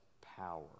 power